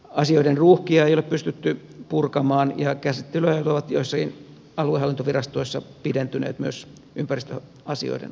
asioiden ruuhkia ei ole pystytty purkamaan ja käsit telyajat ovat joissakin aluehallintovirastoissa pidentyneet myös ympäristöasioiden osalta